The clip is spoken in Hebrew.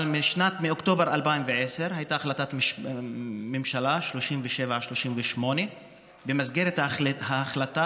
אבל באוקטובר 2010 הייתה החלטת ממשלה 3738. במסגרת ההחלטה